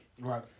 Right